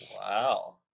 Wow